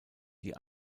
die